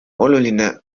oluline